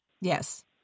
Yes